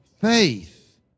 faith